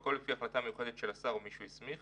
והכל לפי החלטה מיוחדת של השר או מי שהוא הסמיך,